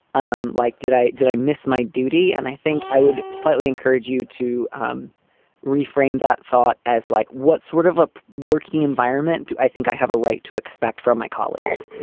um like, did i did i miss my duty? and i think i would slightly encourage you to um reframe that thought as like what sort of a working environment do i think i have a right to expect from my colleagues?